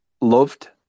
loved